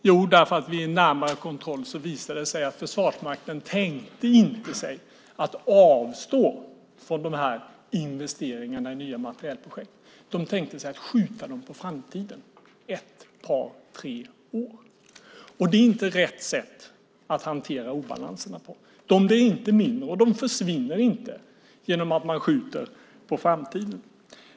Jo, för vid en närmare kontroll visade det sig att Försvarsmakten inte tänkte sig att avstå från investeringarna i nya materielprojekt. De tänkte skjuta dem på framtiden ett par tre år. Det är inte rätt sätt att hantera obalanserna på. De blir inte mindre och de försvinner inte genom att man skjuter dem på framtiden.